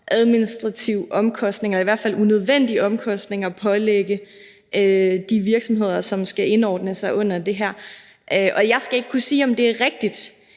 administrativ omkostning eller i hvert fald en unødvendig omkostning at pålægge de virksomheder, som skal indordne sig under det her, og jeg skal ikke kunne sige, om det er rigtigt.